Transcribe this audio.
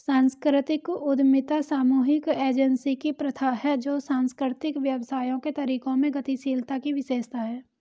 सांस्कृतिक उद्यमिता सामूहिक एजेंसी की प्रथा है जो सांस्कृतिक व्यवसायों के तरीकों में गतिशीलता की विशेषता है